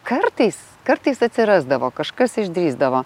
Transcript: kartais kartais atsirasdavo kažkas išdrįsdavo